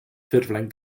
ffurflen